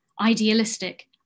idealistic